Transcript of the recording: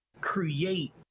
create